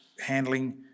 handling